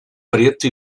preto